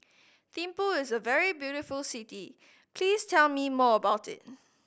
Thimphu is a very beautiful city please tell me more about it